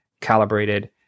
calibrated